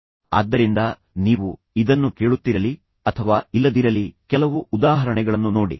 ಆದ್ದರಿಂದ ನೀವು ಇದನ್ನು ಕೇಳುತ್ತಿರಲಿ ಅಥವಾ ಇಲ್ಲದಿರಲಿ ಕೆಲವು ಉದಾಹರಣೆಗಳನ್ನು ನೋಡಿ